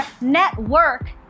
network